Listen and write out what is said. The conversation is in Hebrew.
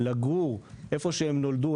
לגור במקום שהם נולדו,